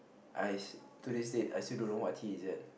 I to this date I still don't know what tea is that